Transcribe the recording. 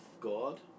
God